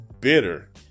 bitter